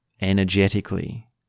energetically